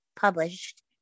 published